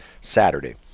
Saturday